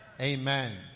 Amen